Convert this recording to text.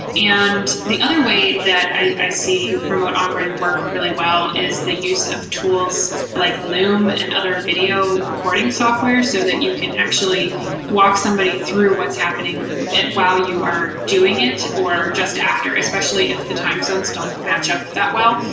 and the other way that i see remote onboarding work really well is the use of tools like loom and other video recording software so that you can actually walk somebody through what's happening while you are doing it or just after especially if the time zones don't match up that well.